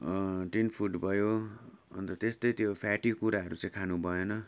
tin food भयो अन्त त्यस्तै त्यो फ्याटी कुराहरू चाहिँ खानु भएन